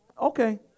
Okay